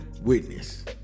witness